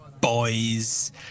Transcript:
boys